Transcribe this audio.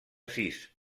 sis